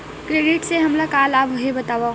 Credit से हमला का लाभ हे बतावव?